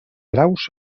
graus